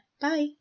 Bye